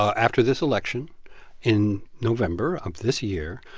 after this election in november of this year,